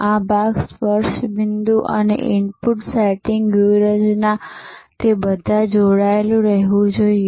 આ ભાગ સ્પર્શ બિંદુ અને ઇનપુટ સેટિંગ વ્યૂહરચના તે બધા જોડાયેલા રહેવું જોઈએ